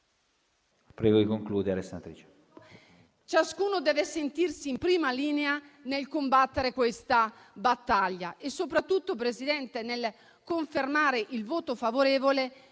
prego di concludere, senatrice